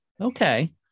Okay